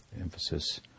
emphasis